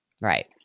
right